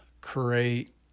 create